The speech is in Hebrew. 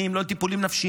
לא טיפולים נפשיים.